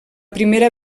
primera